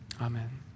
Amen